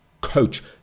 coach